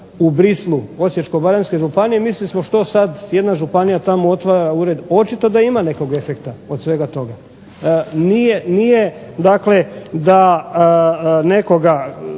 u Bruxellesu Osječko-baranjske županije i mislili smo što sad jedna županija tamo otvara ured. Očito da ima nekog efekta od svega toga. Nije dakle da nekoga,